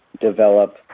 develop